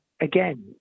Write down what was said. again